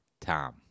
Tom